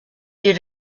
you